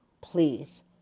please